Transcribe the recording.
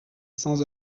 sans